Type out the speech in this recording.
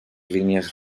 línies